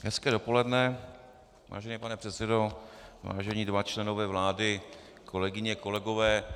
Hezké dopoledne, vážený pane předsedo, vážení dva členové vlády, kolegyně, kolegové.